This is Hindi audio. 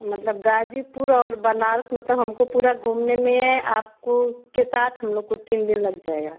मतलब ग़ाज़ीपुर और बनारस मतलब हमको पूरा घूमने में आपको के साथ हम लोग को तीन दिन लग जाएगा